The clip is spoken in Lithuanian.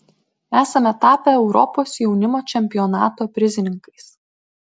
esame tapę europos jaunimo čempionato prizininkais